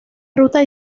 ruta